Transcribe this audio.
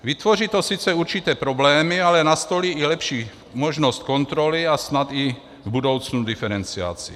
Vytvoří to sice určité problémy, ale nastolí i lepší možnost kontroly a snad i v budoucnu diferenciaci.